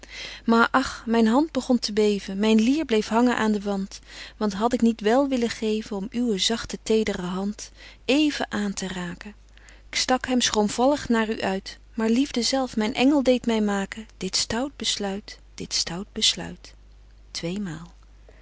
maar ach myn hand begon te beven myn lier bleef hangen aan den wand wat had ik niet wel willen geven om uwe zagte tedre hand even aan te raken k stak hem schroomvallig naàr u uit maar liefde zelf myn engel deedt my maken dit stout besluit dit stout besluit tweemaal